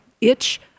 itch